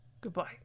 Goodbye